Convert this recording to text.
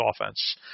offense